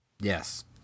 Yes